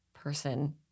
person